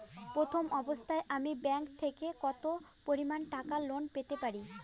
প্রথম অবস্থায় আমি ব্যাংক থেকে কত পরিমান টাকা লোন পেতে পারি?